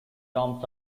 terms